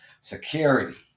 Security